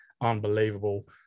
unbelievable